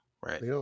right